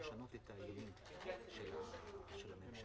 בכמעט חצי מיליארד ויש כאן סיוע לעמותות.